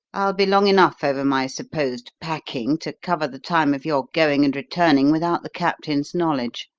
i'll be long enough over my supposed packing to cover the time of your going and returning without the captain's knowledge.